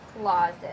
closet